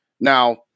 Now